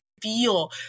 feel